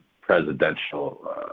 presidential